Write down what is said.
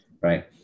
right